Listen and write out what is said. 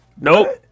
Nope